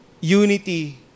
unity